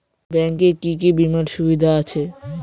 Bank এ কি কী বীমার সুবিধা আছে?